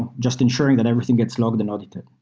just ensuring that everything gets logs and audited.